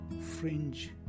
fringe